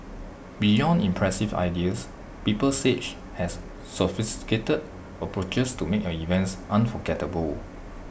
beyond impressive ideas people sage has sophisticated approaches to make your events unforgettable